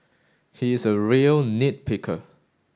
he is a real nit picker